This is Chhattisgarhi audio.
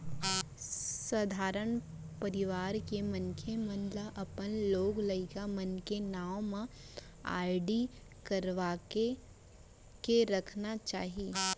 सधारन परवार के मनसे मन ल अपन लोग लइका मन के नांव म आरडी करवा के रखना चाही